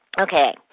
Okay